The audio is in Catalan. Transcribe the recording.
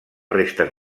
restes